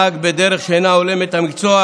"נהג בדרך שאינה הולמת את המקצוע,